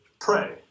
pray